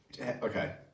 Okay